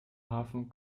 hafen